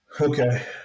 Okay